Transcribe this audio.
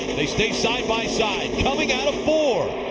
they stay side by side. coming out of four.